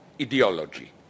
ideology